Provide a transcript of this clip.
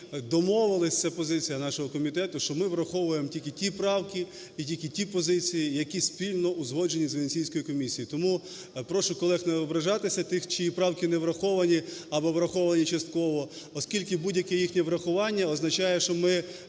домовились, це позиція нашого комітету, що ми враховуємо тільки ті правки і тільки ті позиції, які спільно узгоджені з Венеційською комісією. Тому прошу колег не ображатися тих, чиї правки не враховані або враховані частково, оскільки будь-яке їхнє врахування означає, що ми